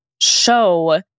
show